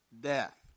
death